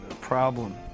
problem